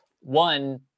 one